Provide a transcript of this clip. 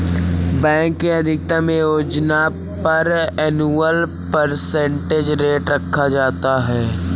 bank के अधिकतम योजना पर एनुअल परसेंटेज रेट रखा जाता है